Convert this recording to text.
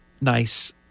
nice